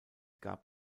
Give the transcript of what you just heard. gab